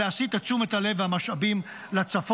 להסיט את תשומת הלב והמשאבים לצפון.